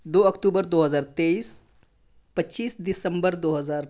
دو اکتوبر دو ہزار تیئیس پچیس دسمبر دو ہزار